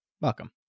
Welcome